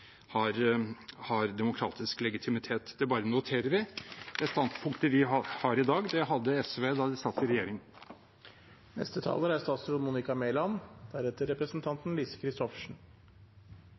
demokratisk legitimitet. Det bare noterer vi. Det standpunktet vi har i dag, hadde SV da de satt i